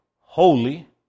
holy